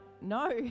no